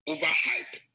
Overhype